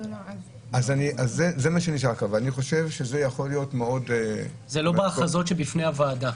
זה לא בהכרזות שבפני הוועדה.